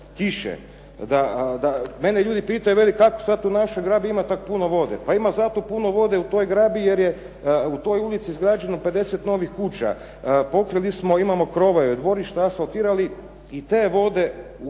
kiše, mene ljudi pitaju kako sad u našem gradu ima tako puno vode. Pa ima zato puno vode u toj grabi jer je u toj ulici izgrađeno 50 novih kuća. Imamo krovove, dvorišta asfaltirali i te vode